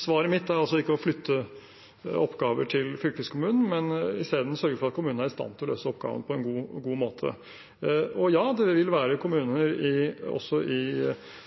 Svaret mitt er altså ikke å flytte oppgaver til fylkeskommunen, men i stedet sørge for at kommunene er i stand til å løse oppgavene på en god måte. Ja, det vil være kommuner også i